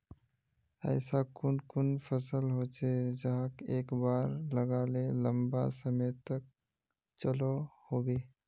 ऐसा कुन कुन फसल होचे जहाक एक बार लगाले लंबा समय तक चलो होबे?